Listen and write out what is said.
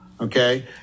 Okay